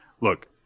look